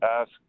ask